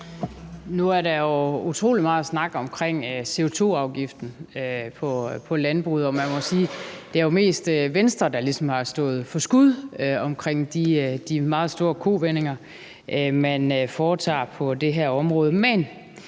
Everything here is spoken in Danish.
Nu er der jo utrolig meget snak om CO2-afgiften på landbruget, og man må sige, at det mest er Venstre, der ligesom har stået for skud i forbindelse med de meget store kovendinger, man foretager på det her område,